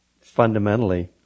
fundamentally